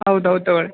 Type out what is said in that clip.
ಹೌದು ಹೌದು ತೊಗೊಳಿ